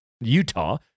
Utah